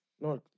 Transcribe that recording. No